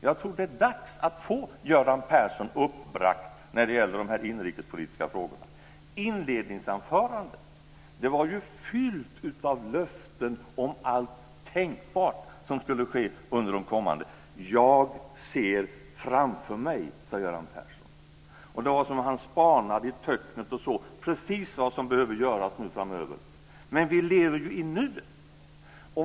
Jag tror att det är dags att få Göran Persson uppbragt när det gäller dessa inrikespolitiska frågor. Inledningsanförandet var fyllt av löften om allt tänkbart som skulle ske under de kommande åren. Jag ser framför mig, sade Göran Persson. Det var som om han spanade i töcknet och såg precis vad som behöver göras framöver. Men vi lever ju i nuet.